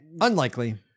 Unlikely